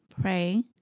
pray